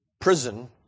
prison